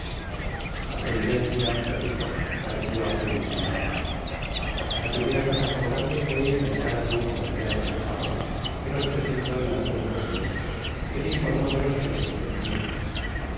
la providencia repito pareció abrir el camino la primera cosa favorable fué la llegada de un comerciante del japon que nos presentó el anciano portugués y que se informó de los géneros que teniamos